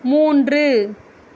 மூன்று